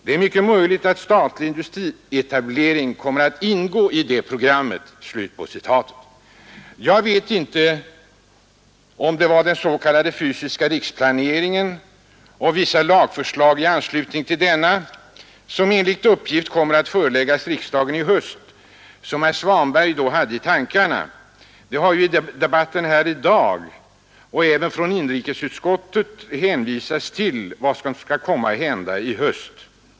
Det är mycket möjligt att statlig industrietablering kommer att ingå i det programmet, ———.” Jag vet inte om det var den s.k. fysiska riksplaneringen och vissa lagförslag i anslutning till denna, som enligt uppgift kommer att föreläggas riksdagen i höst, som herr Svanberg då hade i tankarna. Det har ju i debatten här i dag och även från inrikesutskottet hänvisats till vad som skall komma att hända i höst.